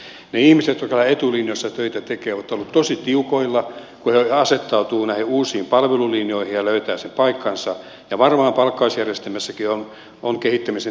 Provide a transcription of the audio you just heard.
ne ihmiset jotka etulinjoissa töitä tekevät ovat olleet tosi tiukoilla kun he asettautuvat näihin uusiin palvelulinjoihin ja löytävät sen paikkansa ja varmaan palkkausjärjestelmässäkin on kehittämisen tilaa tämänkin jälkeen